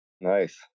Nice